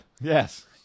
Yes